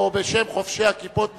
או בשם חובשי הכיפות בישראל,